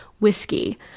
whiskey